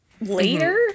later